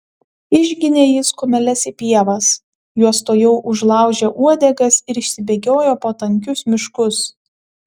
išginė jis kumeles į pievas jos tuojau užlaužė uodegas ir išsibėgiojo po tankius miškus